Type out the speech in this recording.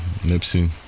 Nipsey